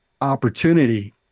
opportunity